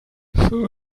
for